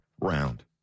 round